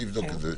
אני אבדוק את זה.